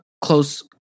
close